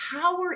power